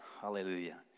Hallelujah